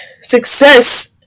success